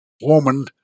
woman